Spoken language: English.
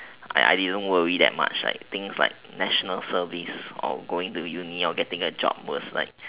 I I didn't worry that much like things like national service or going to uni or getting a job was like